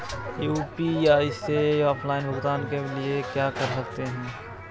UPI से offline भुगतान के लिए क्या कर सकते हैं?